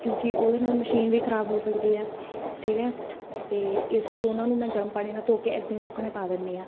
ਕਿਉਂਕਿ ਉਹਦੇ ਨਾਲ ਮਸ਼ੀਨ ਵੀ ਖਰਾਬ ਹੋ ਸਕਦੀ ਹੈ ਠੀਕ ਹੈ ਅਤੇ ਇਸ ਲਈ ਉਹਨਾਂ ਨੂੰ ਮੈਂ ਗਰਮ ਪਾਣੀ ਨਾਲ ਧੋ ਕੇ ਇੱਦਾਂ ਹੀ ਸੁਕਣੇ ਪਾ ਦਿੰਦੀ ਹਾਂ